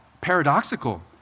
paradoxical